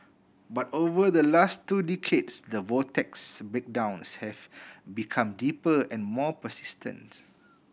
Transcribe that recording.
but over the last two decades the vortex's breakdowns have become deeper and more persistent